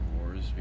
wars